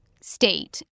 state